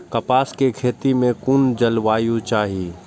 कपास के खेती में कुन जलवायु चाही?